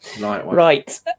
Right